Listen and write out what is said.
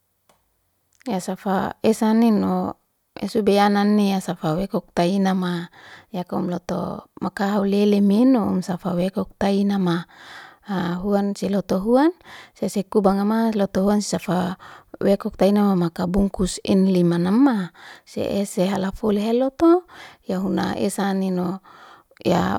ya safa esanino esu bianani ya safa wekoktayinama, ya kumloto makahulilimino umfala wektayinama haa huwan si loto huwan sese kubangama loto huwan safa wektayinama makabungkus inilimanama. Sese halafulihiloto ya huna esananino ya